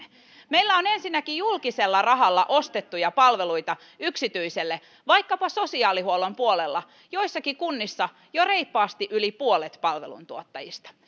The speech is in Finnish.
meillä on ensinnäkin julkisella rahalla yksityiseltä ostettuja palveluita vaikkapa sosiaalihuollon puolella joissakin kunnissa jo reippaasti yli puolet palveluntuottajista